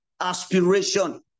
aspiration